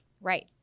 Right